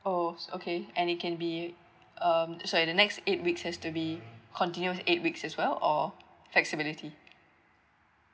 oh okay and it can be um sorry the next eight weeks has to be continuous eight weeks as well or flexibility